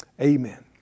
amen